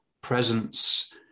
presence